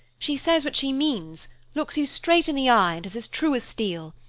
she says what she means, looks you straight in the eye, and is as true as steel.